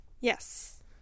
Yes